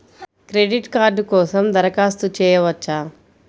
Credit card కోసం దరఖాస్తు చేయవచ్చా?